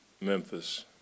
memphis